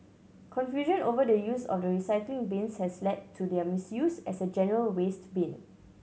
confusion over the use of the recycling bins has led to their misuse as a general waste bin